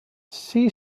see